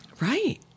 Right